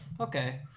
Okay